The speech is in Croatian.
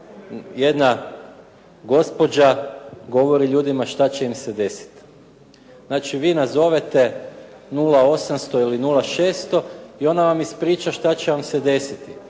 jedna gospođa govori ljudima šta će im se desiti. Znači, vi nazovete 0800 ili 0600 i ona vam ispriča šta će vam se desiti.